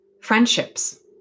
friendships